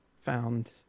found